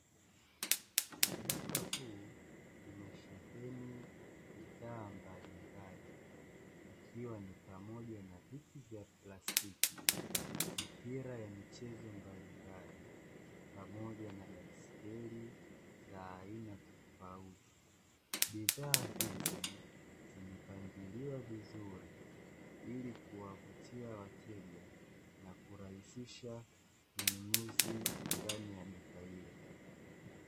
Duka kuu limesheheni vifaa mbalimbali, ikiwemo pamoja na viti vya plastiki, mipira ya michezo mbalimbali pamoja na baiskeli za aina tofauti, bidhaa hizi zimepangiliwa vizuri ili kuwavutia wateja na kurahisisha ununuzi ndani ya duka hili.